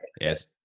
Yes